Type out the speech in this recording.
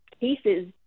cases